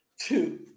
Two